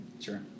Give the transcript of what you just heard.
Sure